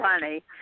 funny